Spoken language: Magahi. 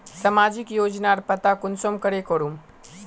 सामाजिक योजनार पता कुंसम करे करूम?